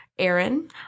Aaron